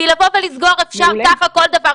כי לבוא ולסגור, אפשר ככה כל דבר.